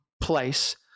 place